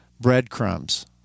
breadcrumbs